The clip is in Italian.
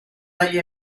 dagli